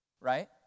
right